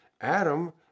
Adam